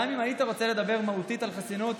גם אם היית רוצה לדבר מהותית על חסינות,